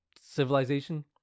civilization